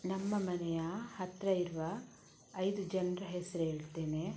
ನಮ್ಮ ಮನೆಯ ಹತ್ತಿರ ಇರುವ ಐದು ಜನರ ಹೆಸರು ಹೇಳ್ತೇನೆ